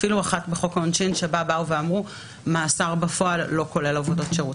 אפילו אחת בחוק העונשין שבה אמרו שמאסר בפועל לא כולל עבודות שירות.